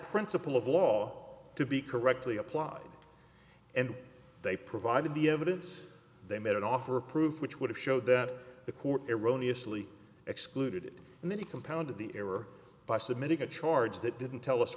principle of law to be correctly applied and they provided the evidence they made an offer of proof which would have showed that the court eroni asli excluded and then he compounded the error by submitting a charge that didn't tell us